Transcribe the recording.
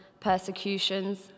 persecutions